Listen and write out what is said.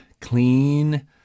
clean